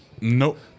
Nope